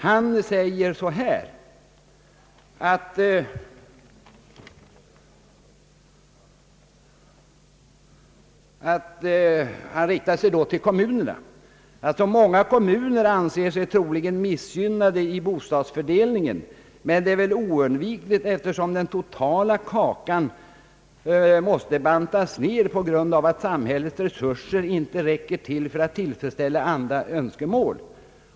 Han riktade sig till kommunerna och sade så här: »Många kommuner anser sig troligen missgynnade i :bostadsfördelningen, men det är väl oundvikligt eftersom den totala kakan har måst bantas ner på grund av att samhällets resurser inte räcker för att tillfredsställa alla önskemål.